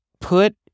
put